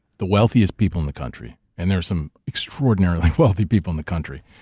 the wealthiest people in the country, and there are some extraordinarily wealthy people in the country,